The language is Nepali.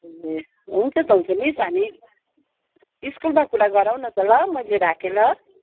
ए हुन्छ त हुन्छ मिस हामी स्कुलमा कुरा गरौँ न त ल मैले राखे ल